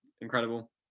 incredible